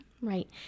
Right